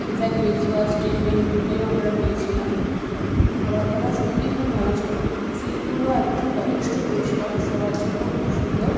in fact breakfast tiffin দুটোই আমরা পেয়েছিলাম খাবার দাবার সত্যিই খুব ভালো ছিলো সিটগুলো একদম যথেষ্ট পরিষ্কার শোয়ার জন্যও খুব সুন্দর